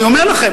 אני אומר לכם